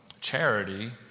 charity